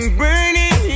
burning